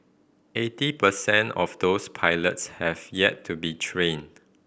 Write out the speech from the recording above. eighty percent of those pilots have yet to be trained